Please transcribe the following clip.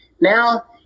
now